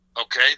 okay